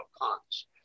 cons